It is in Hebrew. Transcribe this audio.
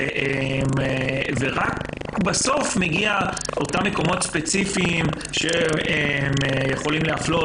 רק בסוף מגיעים לאותם מקומות ספציפיים שיכולים להפלות,